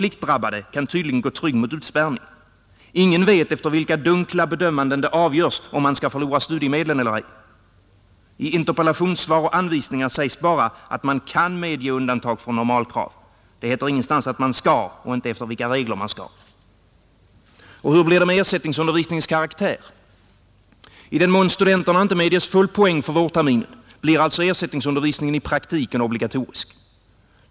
Ingen vet efter vilka dunkla bedömanden det avgörs om de studerande skall förlora studiemedlen eller ej. I interpellationssvar och anvisningar sägs bara att man kan medge undantag från normalkrav, Det heter ingenstans att man skall och inte efter vilka regler man skall gå. Och hur blir det med ersättningsundervisningens karaktär? I den mån studenterna inte medges full poäng för vårterminen, blir alltså ersättningsundervisningen i praktiken obligatorisk.